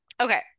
Okay